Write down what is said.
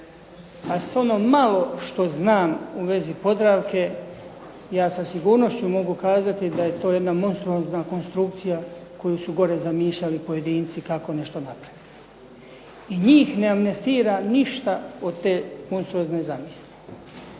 a s ono malo što znam u vezi "Podravke" ja sa sigurnošću mogu kazati da je to jedna monstruozna konstrukcija koju su gore zamišljali pojedinci kako nešto napraviti. I njih ne amnestira ništa od te monstruozne zamisli,